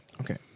Okay